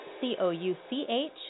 C-O-U-C-H